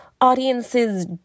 audiences